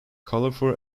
colorful